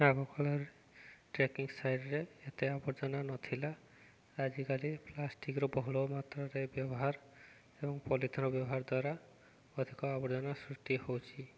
ଆଗକାଳରେ ଟ୍ରେକିଂ ସାଇଡ଼ରେେ ଏତେ ଆବର୍ଜନା ନଥିଲା ଆଜିକାଲି ପ୍ଲାଷ୍ଟିକ୍ର ବହୁଳ ମାତ୍ରାରେ ବ୍ୟବହାର ଏବଂ ପଲିଥିନ୍ର ବ୍ୟବହାର ଦ୍ୱାରା ଅଧିକ ଆବର୍ଜନା ସୃଷ୍ଟି ହଉଛି